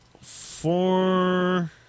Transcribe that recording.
four